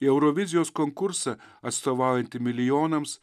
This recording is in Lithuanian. į eurovizijos konkursą atstovaujantį milijonams